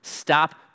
Stop